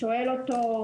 שואל אותו,